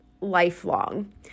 lifelong